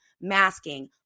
masking